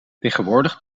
tegenwoordig